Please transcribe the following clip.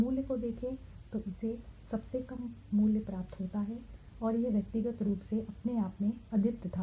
मूल्य को देखें तो इसे सबसे कम मूल्य प्राप्त होता है और यह व्यक्तिगत रूप से अपने आप में अद्वितीय था